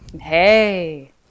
Hey